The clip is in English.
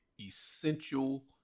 essential